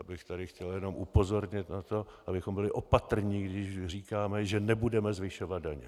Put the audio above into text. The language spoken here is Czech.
Já bych tady jenom chtěl upozornit na to, abychom byli opatrní, když říkáme, že nebudeme zvyšovat daně.